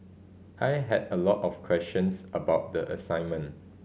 I had a lot of questions about the assignment